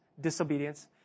disobedience